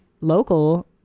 local